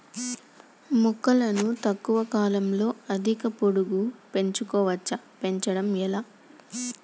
మొక్కను తక్కువ కాలంలో అధిక పొడుగు పెంచవచ్చా పెంచడం ఎలా?